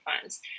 funds